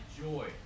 joy